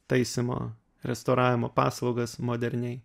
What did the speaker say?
taisymo restauravimo paslaugas moderniai